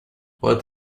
what